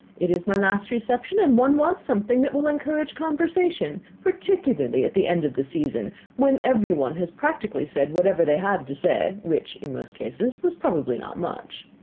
it is my last reception, and one wants something that will encourage conversation, particularly at the end of the season when every one has practically said whatever they had to say, which, in most cases, was probably not much.